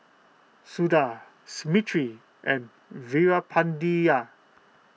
Suda Smriti and Veerapandiya